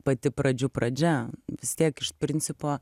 pati pradžių pradžia vis tiek iš principo